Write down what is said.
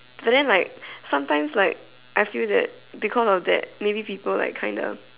but then like sometimes like I feel that because of that maybe people like kinda